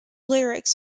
lyrics